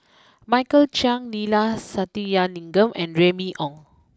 Michael Chiang Neila Sathyalingam and Remy Ong